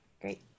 Great